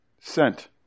Sent